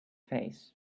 face